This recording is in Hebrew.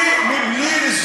בלי לדבר על הפער,